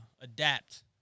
adapt